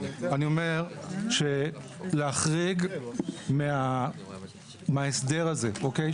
אני אומר שלהחריג מההסדר הזה, אוקיי?